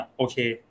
okay